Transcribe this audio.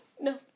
No